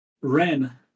Ren